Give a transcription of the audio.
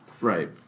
Right